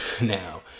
now